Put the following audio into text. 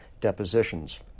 depositions